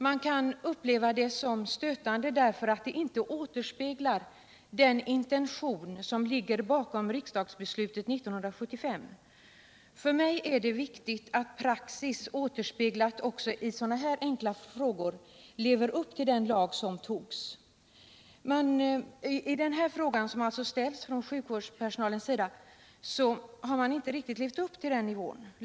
Man kan uppleva det som stötande därför att det inte återspeglar den intention som ligger bakom riksdagsbeslutet 1975. För mig är det viktigt att praxis återspeglas också i sådana här enkla frågor, att man lever upp till den lag som antogs. I den här frågan, som alltså har ställts från sjukvårdspersonalens sida, har man inte riktigt levt upp till den nivån.